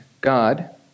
God